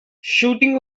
shooting